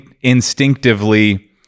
instinctively